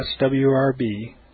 swrb